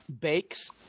bakes